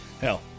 hell